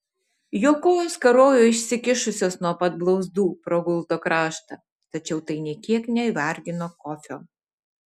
jo kojos karojo išsikišusios nuo pat blauzdų pro gulto kraštą tačiau tai nė kiek nevargino kofio